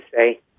say